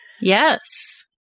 Yes